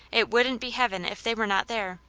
it wouldn't be heaven if they were not there.